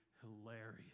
hilarious